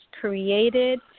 created